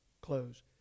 close